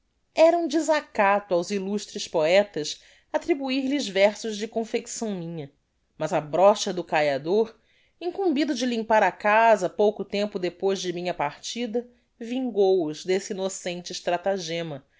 era um desacato aos illustres poetas attribuir lhes versos de confecção minha mas a brocha do caiador incumbido de limpar a casa pouco tempo depois de minha partida vingou os desse innocente estratagema